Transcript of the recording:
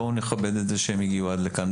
בואו נכבד את זה שהם הגיעו עד לכאן.